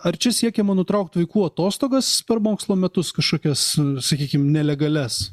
ar čia siekiama nutraukti vaikų atostogas per mokslo metus kažkokias sakykim nelegalias